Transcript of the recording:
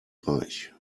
reich